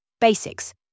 basics